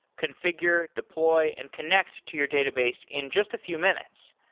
confi gure, deploy and connect to your database in just a few minutes.